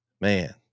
man